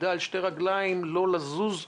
עמידה על שתי רגליים לא לזוז תג,